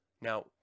now